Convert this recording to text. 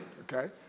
Okay